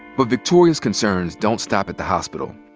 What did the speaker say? but victoria's concerns don't stop at the hospital.